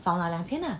少拿两千 lah